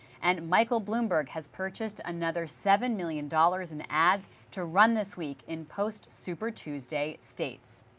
and michael bloomberg has purchased another seven million dollars in ads to run this week in post-super tuesday states.